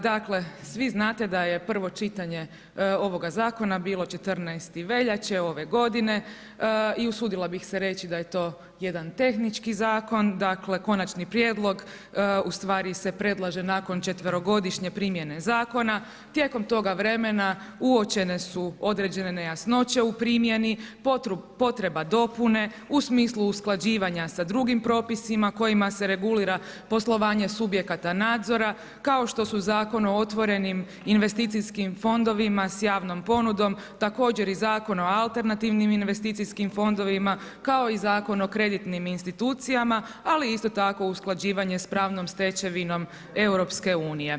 Dakle, svi znate da je prvo čitanje ovoga zakona bilo 14. veljače ove godine i usudila bih se reći da je to jedan tehnički zakon, dakle konačni prijedlog ustvari se predlaže nakon četverogodišnje primjene zakona, tijekom toga vremena uočene su određene nejasnoće u primjeni, potreba dopune u smislu usklađivanja sa drugim propisima kojima se regulira poslovanje subjekata nadzora kao što su Zakon o otvorenim investicijskim fondovima s javnom ponudom, također i Zakon o alternativnim investicijskim fondovima kao i Zakon o kreditnim institucijama, ali isto tako usklađivanje s pravnom stečevinom EU.